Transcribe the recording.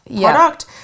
product